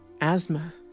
asthma